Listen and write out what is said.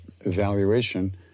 evaluation